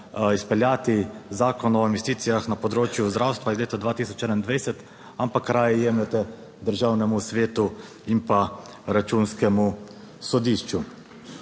izpeljati Zakon o investicijah na področju zdravstva iz leta 2021, ampak raje jemljete Državnemu svetu in pa Računskemu sodišču.